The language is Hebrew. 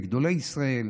בגדולי ישראל,